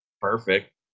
perfect